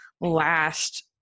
last